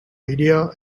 idea